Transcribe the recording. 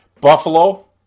Buffalo